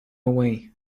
away